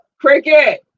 Cricket